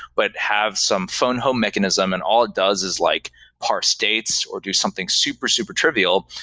but have some fun home mechanism and all it does is like par states or do something super, super trivial,